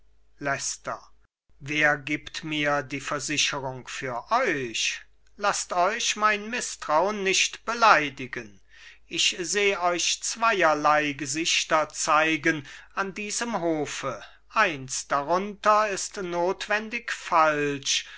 wer gibt mir die versicherung für euch laßt euch mein mißtraun nicht beleidigen ich seh euch zweierlei gesichter zeigen an diesem hofe eins darunter ist notwendig falsch